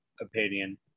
opinion